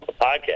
podcast